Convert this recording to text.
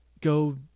go